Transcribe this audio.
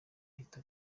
ahita